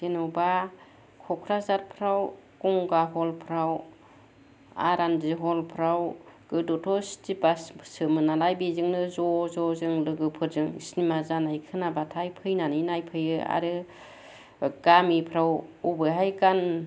जेन'बा क'क्राझारफ्राव गंगा हलफ्राव आरानदि हलफ्राव गोदोथ सिटि बास सोमोन नालाय बिजोंनो ज' ज' जों लोगोफोरजों सिनेमा जानाय खोनाब्लाथाय फैनानै नायफैयो आरो गामिफ्राव अबेहाय गान